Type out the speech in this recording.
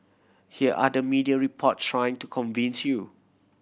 here are the media report trying to convince you